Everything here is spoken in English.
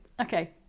Okay